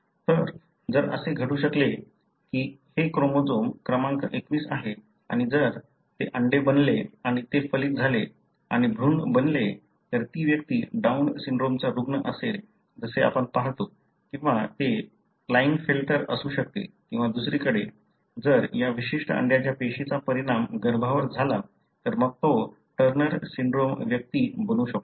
तर जर असे घडू शकले की हे क्रोमोझोम क्रमांक 21 आहे आणि जर ते अंडे बनले आणि ते फलित झाले आणि भ्रूण बनले तर ती व्यक्ती डाऊन सिंड्रोमचा रुग्ण असेल जसे आपण पाहतो किंवा ते क्लाइनफेल्टर असू शकते किंवा दुसरीकडे जर या विशिष्ट अंड्याच्या पेशीचा परिणाम गर्भावर झाला तर मग तो टर्नर सिंड्रोम व्यक्ती बनू शकतो